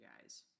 guys